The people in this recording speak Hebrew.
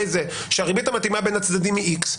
שהריבית המתאימה בין הצדדים היא איקס,